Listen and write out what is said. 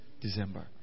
December